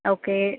okay